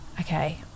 Okay